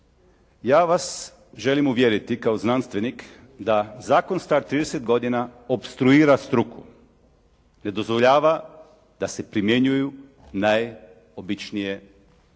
Ja vas želim uvjeriti kao znanstvenik da zakon star trideset godina opstruira struku. Ne dozvoljava da se primjenjuju najobičnije metode